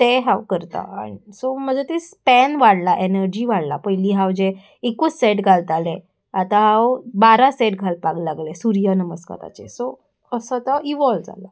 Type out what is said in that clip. तें हांव करता आनी सो म्हजें तें स्पॅन वाडला एनर्जी वाडला पयलीं हांव जें एकूच सॅट घालतालें आतां हांव बारा सॅट घालपाक लागलें सूर्य नमस्काराचे सो असो तो इवॉल्व जाला